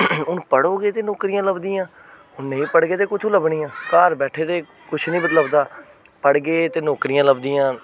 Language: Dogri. हून पढ़ो गै ते नौकरियां लभदियां हून नेईं पढ़गे ते कुत्थु लब्भनियां घर बैठे दे कुछ नी लभदा पढ़गे ते नौकरियां लभदियां न